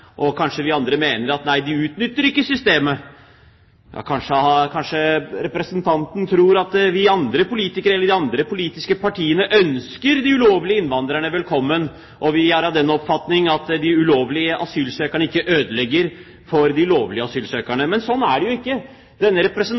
Kanskje representanten tror at vi andre politikere eller de andre politiske partiene ønsker de ulovlige innvandrerne velkommen, og at vi er av den oppfatning at de ulovlige asylsøkerne ikke ødelegger for de lovlige asylsøkerne. Men sånn er det jo ikke. Denne